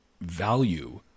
value